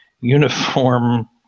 uniform